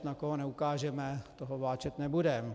Na koho neukážeme, toho vláčet nebudeme.